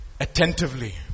attentively